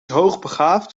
hoogbegaafd